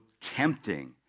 tempting